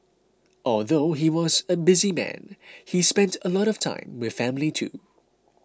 although he was a busy man he spent a lot of time with family too